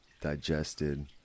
digested